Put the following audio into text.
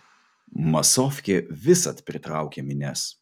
masofkė visad pritraukia minias